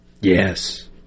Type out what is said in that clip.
Yes